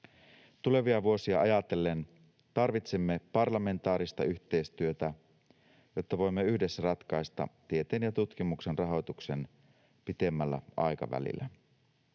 Tulevia vuosia ajatellen tarvitsemme parlamentaarista yhteistyötä, jotta voimme yhdessä ratkaista tieteen ja tutkimuksen rahoituksen pidemmällä aikavälillä.